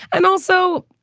and also,